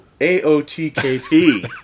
A-O-T-K-P